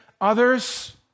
others